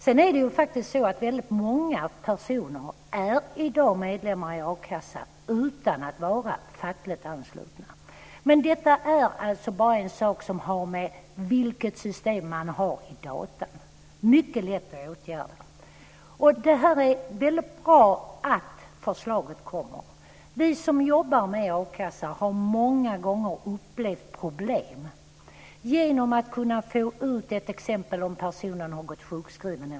Sedan är det faktiskt många personer i dag som är medlemmar i a-kassan utan att vara fackligt anslutna. Men detta har alltså bara att göra med vilket system man har i datorn. Det är mycket lätt att åtgärda. Det är väldigt bra att det här förslaget kommer. Vi som jobbar med a-kassan har många gånger upplevt problem med att kunna få fram t.ex. om en person har gått sjukskriven.